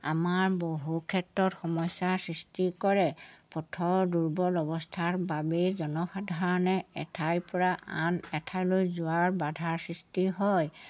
আমাৰ বহু ক্ষেত্ৰত সমস্যাৰ সৃষ্টি কৰে পথৰ দুৰ্বল অৱস্থাৰ বাবেই জনসাধাৰণে এঠাইৰ পৰা আন এঠাইলৈ যোৱাৰ বাধাৰ সৃষ্টি হয়